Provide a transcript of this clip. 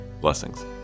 Blessings